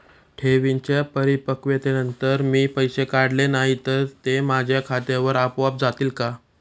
ठेवींच्या परिपक्वतेनंतर मी पैसे काढले नाही तर ते माझ्या खात्यावर आपोआप जातील का?